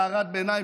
הערת ביניים,